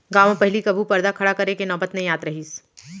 गॉंव म पहिली कभू परदा खड़ा करे के नौबत नइ आत रहिस